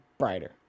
brighter